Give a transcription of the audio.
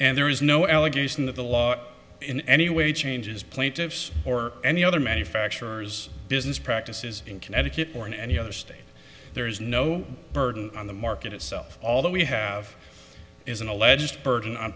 and there is no allegation that the law in any way changes plaintiffs or any other manufacturers business practices in connecticut or in any other state there is no burden on the market itself all that we have is an alleged